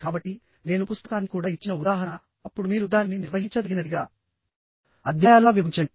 కాబట్టి నేను పుస్తకాన్ని కూడా ఇచ్చిన ఉదాహరణ అప్పుడు మీరు దానిని నిర్వహించదగినదిగా అధ్యాయాలుగా విభజించండి